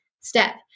step